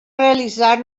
realitzar